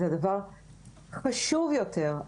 זה דבר חשוב יותר,